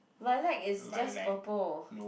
lilac is just purple